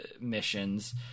missions